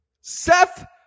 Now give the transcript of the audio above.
Seth